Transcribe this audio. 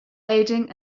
aiding